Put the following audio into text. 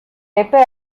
epe